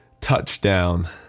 touchdown